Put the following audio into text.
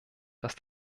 dass